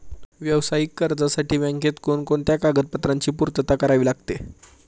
व्यावसायिक कर्जासाठी बँकेत कोणकोणत्या कागदपत्रांची पूर्तता करावी लागते?